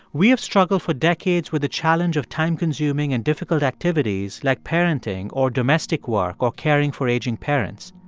we have struggled for decades with the challenge of time-consuming and difficult activities like parenting or domestic work or caring for aging parents.